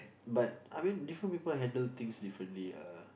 but I mean different people handle things differently ah